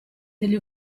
degli